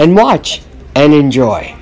and watch and enjoy